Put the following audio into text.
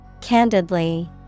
Candidly